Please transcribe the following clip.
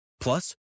Plus